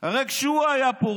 הרי כשהוא היה פה,